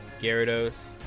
Gyarados